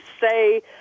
say